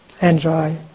enjoy